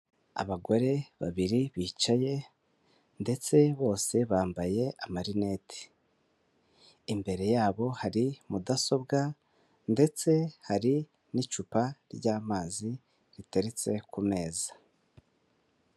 Abagore babiri bicaye ndetse bose bambaye amarineti, imbere yabo hari mudasobwa ndetse hari n'icupa ry'amazi riteretse ku meza.